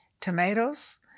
tomatoes